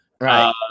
Right